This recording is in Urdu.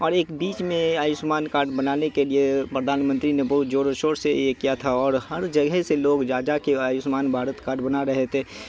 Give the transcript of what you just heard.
اور ایک بیچ میں آیوشمان کارڈ بنانے کے لیے پردھان منتری نے بہت زوروشور سے یہ کیا تھا اور ہر جگہ سے لوگ جا جا کے آیوشمان بھارت کارڈ بنا رہے تھے